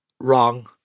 wrong